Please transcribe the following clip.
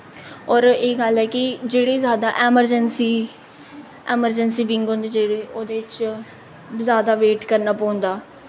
होर एह् गल्ल ऐ कि जेह्ड़ी जादा ऐमरजैंसी ऐमरजैंसी विंग होंदी जेह्ड़ी ओह्दे च जादा वेट करना पौंदा